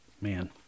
Man